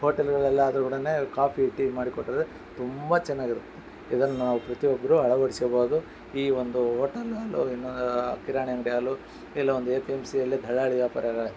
ಹೋಟೆಲ್ಗಳಲ್ಲಾದರು ಕೂಡ coffee tea ಮಾಡಿಕೊಟ್ಟರೆ ತುಂಬ ಚೆನ್ನಾಗಿರುತ್ತೆ ಇದನ್ನು ನಾವು ಪ್ರತಿಯೊಬ್ಬರೂ ಅಳವಡಿಸ್ಕೋಬೋದು ಈ ಒಂದು ಹೋಟೆಲಲ್ಲೂ ಇನ್ನು ಕಿರಾಣಿ ಅಂಗಡಿ ಹಾಲು ಇಲ್ಲ ಒಂದು ಎ ಪಿ ಎಂ ಸಿಯಲ್ಲಿ ದಳ್ಳಾಳಿ ವ್ಯಾಪಾರಿಗಳೇ